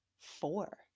four